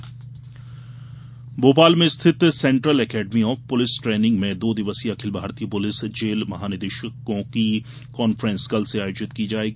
police महानिदेश conference Bhopal में स्थित central academy of police training में दो दिवसीय अखिल भारतीय पुलिस जेल महानिदेशकों की कान्फ्रेंस कल से आयोजित की जायेगी